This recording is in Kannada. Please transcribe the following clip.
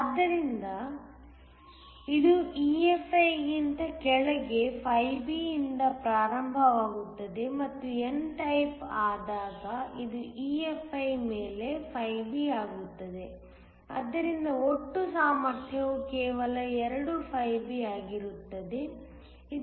ಆದ್ದರಿಂದ ಇದು EFi ಗಿಂತ ಕೆಳಗೆ B ಯಿಂದ ಪ್ರಾರಂಭವಾಗುತ್ತದೆ ಮತ್ತು n ಟೈಪ್ ಆದಾಗ ಅದು EFi ಮೇಲೆ B ಆಗುತ್ತದೆ ಆದ್ದರಿಂದ ಒಟ್ಟು ಸಾಮರ್ಥ್ಯವು ಕೇವಲ 2 B ಆಗಿರುತ್ತದೆ